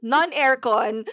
Non-aircon